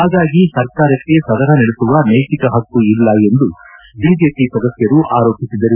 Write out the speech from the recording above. ಹಾಗಾಗಿ ಸರ್ಕಾರಕ್ಷೆ ಸದನ ನಡೆಸುವ ನೈತಿಕ ಹಕ್ಕು ಇಲ್ಲ ಎಂದು ಬಿಜೆಪಿ ಸದಸ್ವರು ಆರೋಪಿಸಿದರು